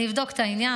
אני אבדוק את העניין.